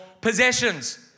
possessions